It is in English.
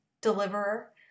deliverer